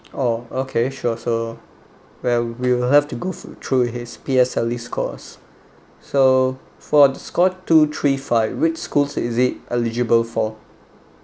oh okay sure so well we will have to go t~ through his P_S_L_E scores so for the score two three five which schools is it eligible for